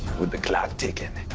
with the clock ticking.